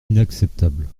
inacceptable